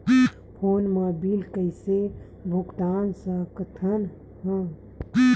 Phone मा bill कइसे भुक्तान साकत हन?